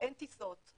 אין טיסות.